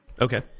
Okay